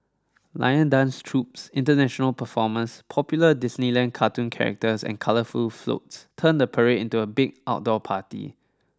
lion dance troupes international performers popular Disneyland cartoon characters and colourful floats turn the parade into a big outdoor party